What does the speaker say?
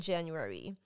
January